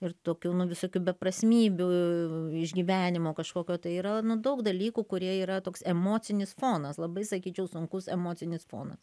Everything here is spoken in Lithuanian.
ir tokių nu visokių beprasmybių išgyvenimo kažkokio tai yra nu daug dalykų kurie yra toks emocinis fonas labai sakyčiau sunkus emocinis fonas